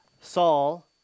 Saul